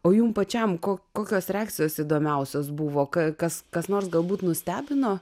o jums pačiam ko kokios reakcijos įdomiausios buvo ką kas kas nors galbūt nustebino